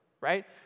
right